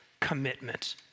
commitment